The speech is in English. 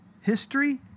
history